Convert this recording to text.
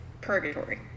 Purgatory